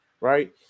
right